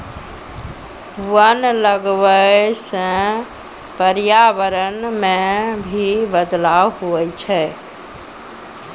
वन लगबै से पर्यावरण मे भी बदलाव हुवै छै